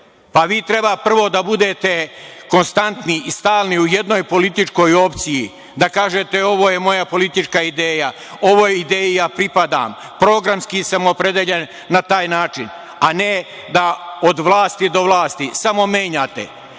treba prvo da budete konstantni i stalni u jednoj političkoj opciji, da kažete – ovo je moja politička ideja, ovoj ideji pripadam, programski sam opredeljen na taj način, a ne da od vlasti do vlasti samo menjate,